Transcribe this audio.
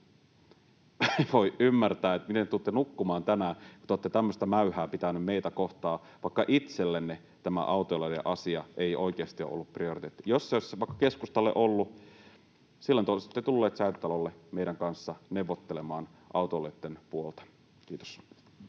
voi ymmärtää, miten te tulette nukkumaan tänään, kun olette tämmöistä mäyhää pitäneet meitä kohtaan, vaikka itsellenne tämä autoilijoiden asia ei oikeasti ole ollut prioriteetti. Jos se olisi vaikka keskustalle ollut, silloin te olisitte tulleet Säätytalolle meidän kanssamme neuvottelemaan autoilijoitten puolta. — Kiitos.